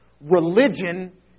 Religion